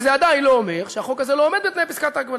וזה עדיין לא אומר שהחוק הזה לא עומד בתנאי פסקת ההגבלה.